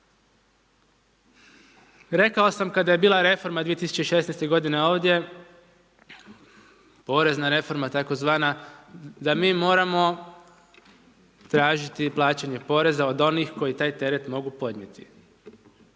Rekao sam kada je bila reforma 2016. ovdje, porezna reforma tzv. da mi moramo tražiti plaćanje poreza od onih koji taj teret mogu podnijeti.